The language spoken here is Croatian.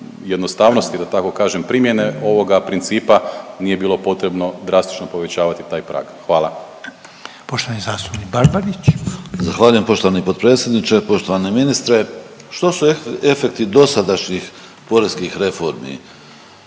jednostavnosti da tako kažem primjene ovoga principa nije bilo potrebno drastično povećavati taj prag. Hvala. **Reiner, Željko (HDZ)** Poštovani zastupnik Barbarić. **Barbarić, Nevenko (HDZ)** Zahvaljujem poštovani potpredsjedniče, poštovani ministre. Što su efekti dosadašnjih poreskih reformi?